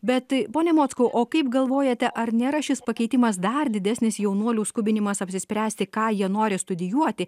bet pone mockau o kaip galvojate ar nėra šis pakeitimas dar didesnis jaunuolių skubinimas apsispręsti ką jie nori studijuoti